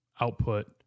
output